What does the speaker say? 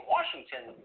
Washington